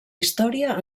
història